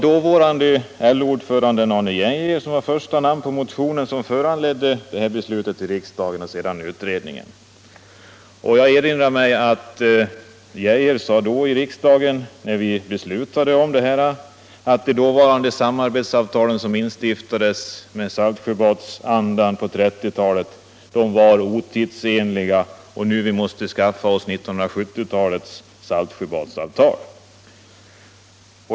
Dåvarande LO-ordförande Arne Geijer var första namn på den motion som föranledde beslutet i riksdagen och sedan utredningen. Jag erinrar mig att Arne Geijer sade i riksdagen, när vi skulle fatta det här beslutet, att de dåvarande samarbetsavtalen, som instiftats i Saltsjöbadsandan på 1930-talet, var otidsenliga och att vi måste skaffa 1970-talets Saltsjöbadsavtal.